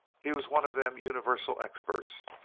he was one of them universal experts.